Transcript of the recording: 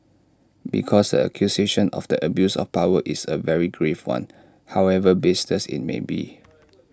because the accusation of the abuse of power is A very grave one however baseless IT may be